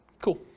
Cool